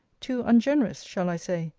too ungenerous shall i say?